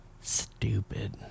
stupid